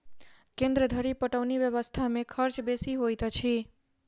केन्द्र धुरि पटौनी व्यवस्था मे खर्च बेसी होइत अछि